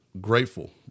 grateful